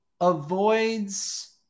avoids